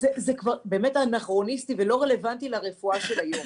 זה אנכרוניסטי ולא רלוונטי לרפואה של היום.